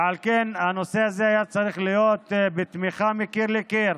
ועל כן הנושא הזה היה צריך להיות בתמיכה מקיר לקיר.